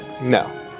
No